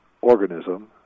organism